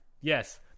Yes